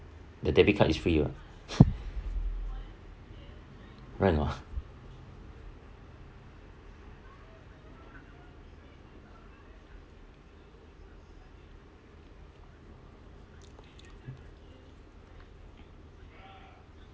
the debit card is free ah right or not